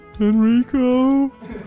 Enrico